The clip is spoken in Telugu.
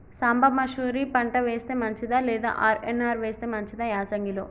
సాంబ మషూరి పంట వేస్తే మంచిదా లేదా ఆర్.ఎన్.ఆర్ వేస్తే మంచిదా యాసంగి లో?